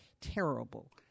terrible